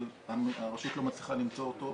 אבל הרשות לא מצליחה למצוא אותו,